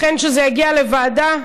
לכן, כשזה יגיע לוועדת העבודה,